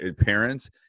parents